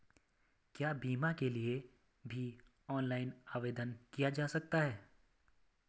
क्या बीमा के लिए भी ऑनलाइन आवेदन किया जा सकता है?